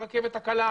ברכבת הקלה.